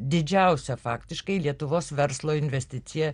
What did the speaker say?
didžiausia faktiškai lietuvos verslo investicija